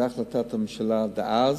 זה החלטת הממשלה דאז,